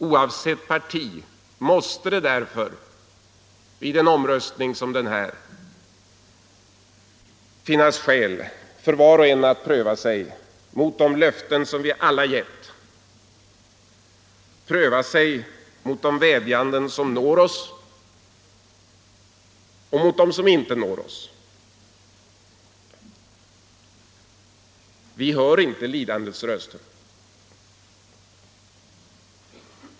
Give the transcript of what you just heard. Oavsett parti måste det därför vid en omröstning som den här finnas skäl för var och en att pröva sig mot de löften som vi alla givit, pröva sig mot de vädjanden som når oss och mot dem som inte når oss: lidandets röster.